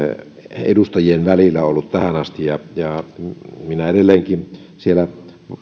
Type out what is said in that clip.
edustajien välillä ollut tähän asti minä edelleenkin siellä